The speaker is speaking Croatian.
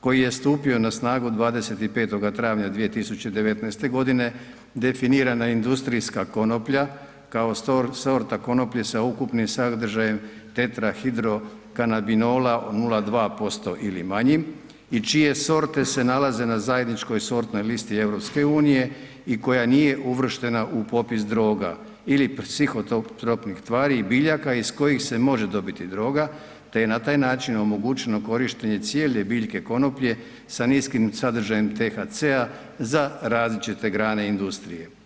koji je stupio na snagu 25. travnja 2019.g., definirana industrijska konoplja kao sorta konoplje sa ukupnim sadržajem tetrahidrokanabinola od 0,2% ili manjim i čije sorte se nalaze na zajedničkoj sortnoj listi EU i koja nije uvrštena u popis droga ili psihotropnih tvari i biljaka iz kojih se može dobiti droga, te je na taj način omogućeno korištenje cijele biljke konoplje sa niskim sadržajem THC-a za različite grane industrije.